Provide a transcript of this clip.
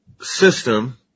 system